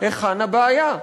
היכן הבעיה.